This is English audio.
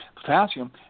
potassium